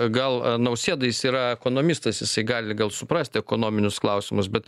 gal nausėda jis yra ekonomistas jisai gali gal suprasti ekonominius klausimus bet